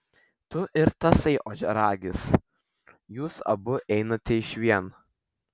tu ir tasai ožiaragis jūs abu einate išvien